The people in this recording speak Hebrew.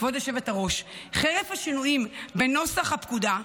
כבוד היושבת-ראש, חרף השינויים בנוסח הפקודה,